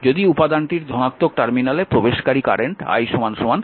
যদি উপাদানটির ধনাত্মক টার্মিনালে প্রবেশকারী current i 4 cos 100πt ampere হয়